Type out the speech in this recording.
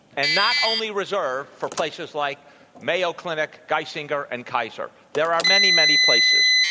and not only reserved for places like mayo clinic, geisinger, and kaiser. there are many, many places.